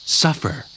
suffer